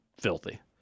filthy